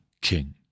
king